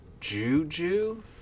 Juju